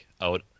out